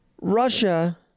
Russia